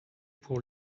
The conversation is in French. pour